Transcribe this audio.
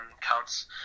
counts